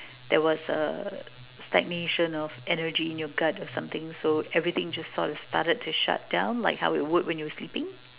there was a stagnation of energy in your gut or something so everything just sort of started to shut down like how it would when you're sleeping